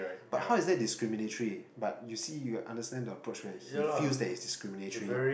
but how is that discriminatory but you see you understand the approach where he feels that it's discriminatory